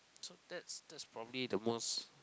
so that's that's probably the most